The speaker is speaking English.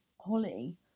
Holly